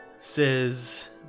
says